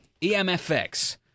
EMFX